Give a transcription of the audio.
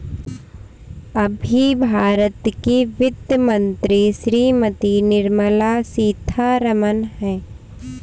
अभी भारत की वित्त मंत्री श्रीमती निर्मला सीथारमन हैं